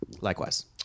Likewise